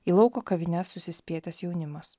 į lauko kavines susispietęs jaunimas